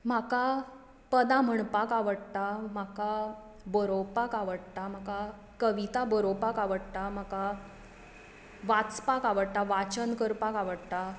म्हाका पदां म्हणपाक आवडटा म्हाका बरोवपाक आवडटा म्हाका कविता बरोवपाक आवडटा म्हाका वाचपाक आवडटा वाचन करपाक आवडटा